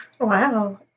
Wow